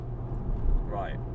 Right